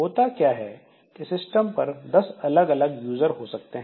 होता क्या है कि सिस्टम पर 10 अलग अलग यूजर हो सकते हैं